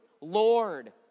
Lord